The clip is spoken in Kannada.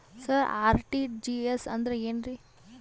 ಸರ ಆರ್.ಟಿ.ಜಿ.ಎಸ್ ಅಂದ್ರ ಏನ್ರೀ?